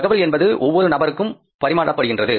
தகவல் என்பது ஒவ்வொரு நபருக்கும் பரிமாறப்படுகின்றது